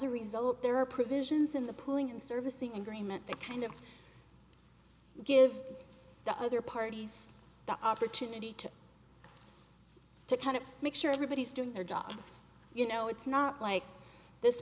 a result there are provisions in the pulling and servicing agreement that kind of give the other parties the opportunity to to kind of make sure everybody's doing their job you know it's not like this